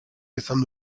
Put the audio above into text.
izan